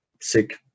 sick